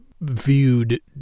viewed